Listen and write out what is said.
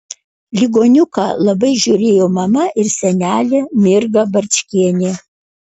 ligoniuką labai žiūrėjo mama ir senelė mirga barčkienė